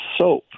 soap